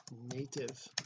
native